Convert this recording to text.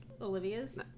Olivia's